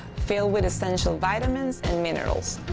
filled with essential vitamins and minerals.